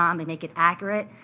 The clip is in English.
um and make it accurate,